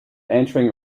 entering